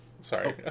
Sorry